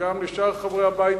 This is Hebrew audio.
וגם לשאר חברי הבית,